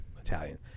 Italian